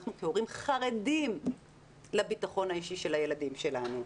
אנחנו כהורים חרדים לביטחון האישי של הילדים שלנו.